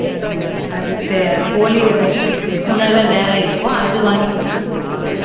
அது தே கோழியோட உணவே வேற இருக்கும் அது வாங்கிட்டு வந்து போடுவாங்கள்